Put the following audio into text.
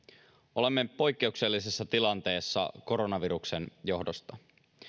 olemme poikkeuksellisessa tilanteessa koronaviruksen johdosta